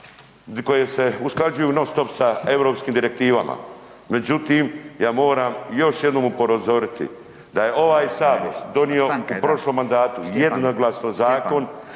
koje se usklađuju non stop sa europskim direktivama, međutim ja moram još jednom upozoriti da je ovaj sabor donio u prošlom mandatu jednoglasno zakon